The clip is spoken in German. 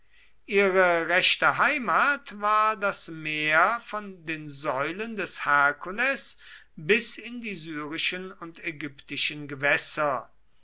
ihre rechte heimat war das meer von den säulen des herkules bis in die syrischen und ägyptischen gewässer